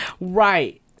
right